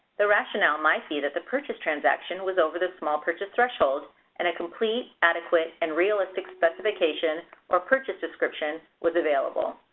the rationale might be that the purchase transaction was over the small purchase threshold and a complete, adequate, and realistic specification or purchase description was available.